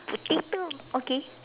potato okay